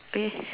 okay